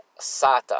SATA